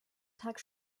tag